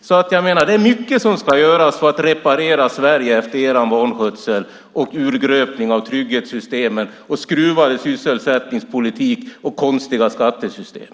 Det är mycket som ska göras för att reparera Sverige efter er vanskötsel, urgröpning av trygghetssystemen, skruvade sysselsättningspolitik och konstiga skattesystem.